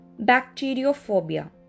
Bacteriophobia